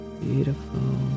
Beautiful